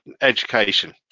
education